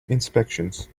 inspections